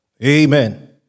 Amen